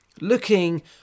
looking